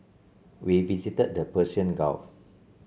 we visited the Persian Gulf